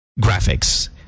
graphics